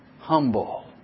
humble